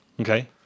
Okay